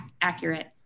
accurate